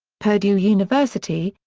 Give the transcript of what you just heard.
purdue university,